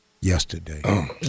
yesterday